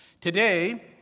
Today